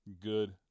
good